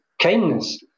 kindness